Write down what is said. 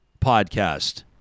podcast